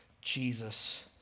Jesus